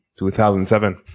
2007